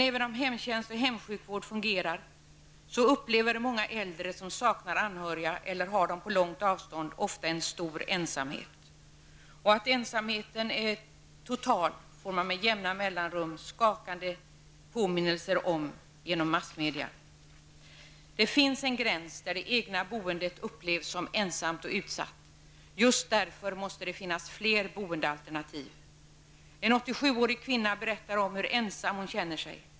Även om hemtjänst och hemsjukvård fungerar så upplever många äldre som saknar anhöriga eller har dem på långt avstånd ofta en stor ensamhet. Att ensamheten är total får man med jämna mellanrum skakande påminnelser om genom massmedia. Det finns en gräns där det egna boendet upplevs som ensamt och utsatt. Just därför måste det finnas fler boendealternativ. En 87-årig kvinna berättar om hur ensam hon känner sig.